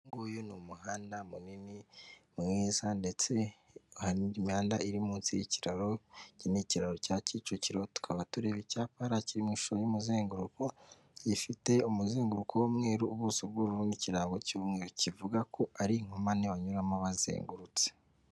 Ubu nguyu ni umuhanda munini mwiza ndetse hari n'indi imyanda iri munsi y'ikiraro iki ni ikiraro cya Kicukiro tukaba tureba icyapara kiri mu ishusho y'umuzenguruko gifite umuzinguruko w'umweru ubuso bw'ubururu n'kirarango cy' kivuga ko ari inkomane banyuramo bazengurutse.